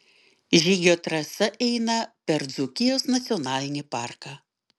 žygio trasa eina per dzūkijos nacionalinį parką